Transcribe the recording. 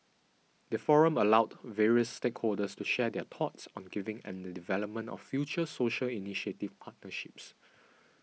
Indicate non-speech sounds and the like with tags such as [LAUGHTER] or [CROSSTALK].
the forum allowed various stakeholders to share their thoughts on giving and the development of future social initiative partnerships [NOISE]